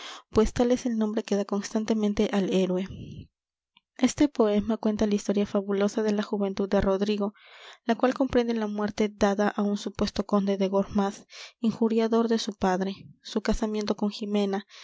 pues tal es el nombre que da constantemente al héroe este poema cuenta la historia fabulosa de la juventud de rodrigo la cual comprende la muerte dada á un supuesto conde de gormaz injuriador de su padre su casamiento con jimena